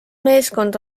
meeskond